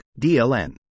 DLN